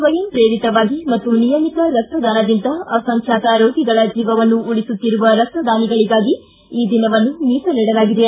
ಸ್ವಯಂ ಪ್ರೇರಿತವಾಗಿ ಮತ್ತು ನಿಯಮಿತ ರಕ್ತದಾನದಿಂದ ಅಸಂಖ್ಯಾತ ರೋಗಿಗಳ ಜೀವವನ್ನು ಉಳಿಸುತ್ತಿರುವ ರಕ್ತ ದಾನಿಗಳಿಗಾಗಿ ಈ ದಿನವನ್ನು ಮೀಸಲಿಡಲಾಗಿದೆ